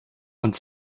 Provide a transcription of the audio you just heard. und